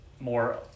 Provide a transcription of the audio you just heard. more